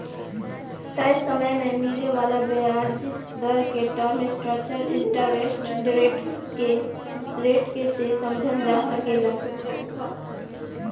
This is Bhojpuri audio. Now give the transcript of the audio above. तय समय में मिले वाला ब्याज दर के टर्म स्ट्रक्चर इंटरेस्ट रेट के से समझल जा सकेला